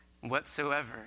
whatsoever